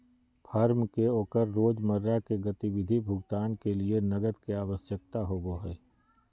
firm के ओकर रोजमर्रा के गतिविधि भुगतान के लिये नकद के आवश्यकता होबो हइ